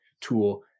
tool